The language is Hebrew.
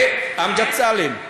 מג'די סאלם.